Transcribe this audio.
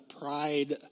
pride